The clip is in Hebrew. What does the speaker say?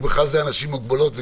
ובכלל זה אנשים עם מוגבלויות וקטינים,